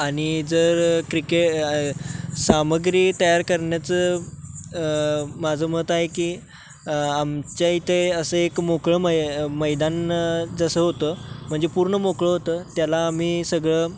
आणि जर क्रिके सामग्री तयार करण्याचं माझं मत आहे की आमच्या इथे असं एक मोकळं मै मैदान जसं होतं म्हणजे पूर्ण मोकळं होतं त्याला आम्ही सगळं